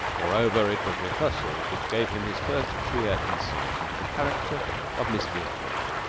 moreover, it was rehearsals which gave him his first clear insight into the character of miss verepoint.